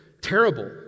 terrible